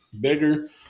bigger